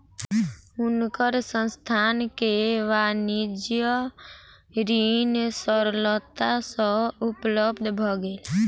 हुनकर संस्थान के वाणिज्य ऋण सरलता सँ उपलब्ध भ गेल